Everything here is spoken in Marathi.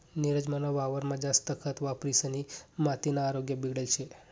नीरज मना वावरमा जास्त खत वापरिसनी मातीना आरोग्य बिगडेल शे